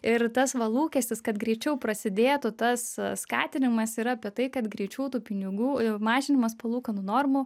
ir tas va lūkestis kad greičiau prasidėtų tas skatinimas yra apie tai kad greičiau tų pinigų mažinimas palūkanų normų